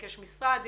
יש משרד,